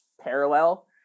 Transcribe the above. parallel